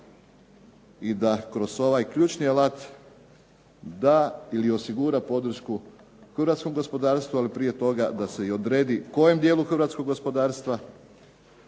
i da kroz ovaj ključni aparat da ili osigura podršku hrvatskom gospodarstvu, ali prije toga da se i odredi kojem dijelu hrvatskog gospodarstva.